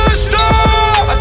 stop